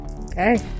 Okay